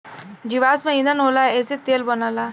जीवाश्म ईधन होला एसे तेल बनला